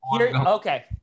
Okay